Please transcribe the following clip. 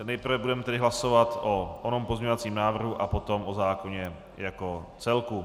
Nejprve budeme tedy hlasovat o onom pozměňovacím návrhu a potom o zákonu jako celku.